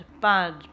bad